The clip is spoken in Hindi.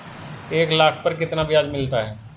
एक लाख पर कितना ब्याज मिलता है?